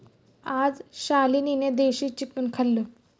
आज शालिनीने देशी चिकन खाल्लं